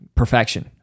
perfection